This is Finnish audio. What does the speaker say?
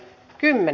asia